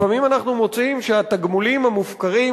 לפעמים אנחנו מוצאים שהתגמולים המופקרים